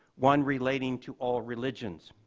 one relating to all religions.